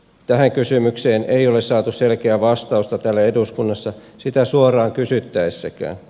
tähän kysymykseen ei ole saatu selkeää vastausta täällä eduskunnassa sitä suoraan kysyttäessäkään